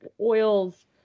oils